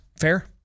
Fair